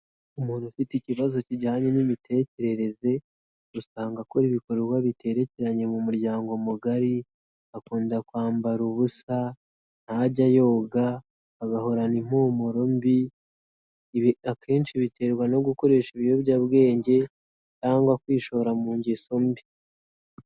Umuntu ufite ikibazo kijyanye n'imitekerereze, usanga akora ibikorwa biterekeranye mu muryango mugari, akunda kwambara ubusa, ntajya yoga, agahorana impumuro mbi, ibi akenshi biterwa no gukoresha ibiyobyabwenge, cyangwa kwishora mu ngeso mbi.